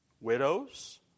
Widows